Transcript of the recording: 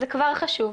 זה כבר חשוב.